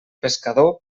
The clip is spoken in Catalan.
pescador